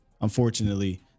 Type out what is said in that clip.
unfortunately